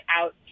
out